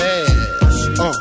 ass